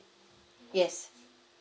yes